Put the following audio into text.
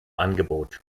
angebot